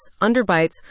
underbites